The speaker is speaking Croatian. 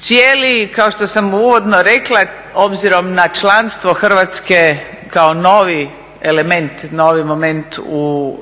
Cijeli, kao što sam uvodno rekla, obzirom na članstvo Hrvatske kao novi element, novi moment u